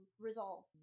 resolve